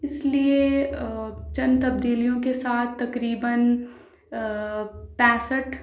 اِس لیے چند تبدیلیوں کے ساتھ تقریباََ پینسٹھ